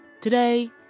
Today